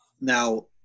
now